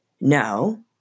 No